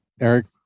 Eric